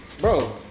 Bro